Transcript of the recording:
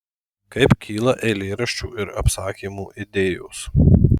kaip kyla eilėraščių ir apsakymų idėjos